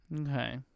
Okay